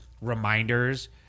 reminders